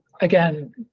again